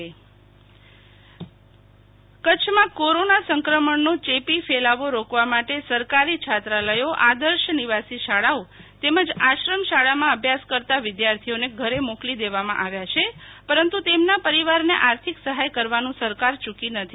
શિતલ વૈશ્નવ વિદ્યાર્થીઓને સહાય કચ્છમાં કોરોના સંક્રમણનો ચેપી ફેલાવો રોક્વા માટે સરકારી છાત્રાલયો આદર્શ નિવાસી શાળાઓ તેમજ આશ્રમશાળામાં અભ્યાસ કરતા વિધ્યાર્થીઓ ને ઘરે મોકલી દેવામાં આવ્યા છે પરંતુ તેમ ના પરિવાર ને આર્થીક સહાય કરવાનુ સરકાર ચુકી નથી